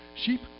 Sheep